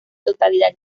totalidad